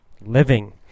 living